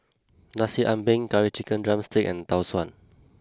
Nasi Ambeng Curry Chicken Drumstick and Tau Suan